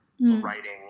writing